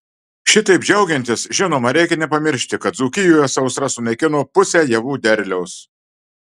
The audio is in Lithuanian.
šitaip džiaugiantis žinoma reikia nepamiršti kad dzūkijoje sausra sunaikino pusę javų derliaus